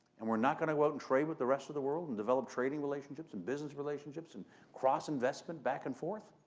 and we're not going to go out and trade with the rest of the world and develop trading relationships and business relationships and cross investment back and forth?